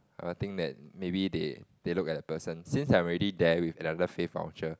I'll think that maybe they they look at the person since I'm already there with another fare voucher